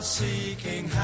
seeking